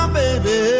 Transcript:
baby